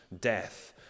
death